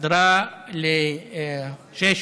חדרה לשישה,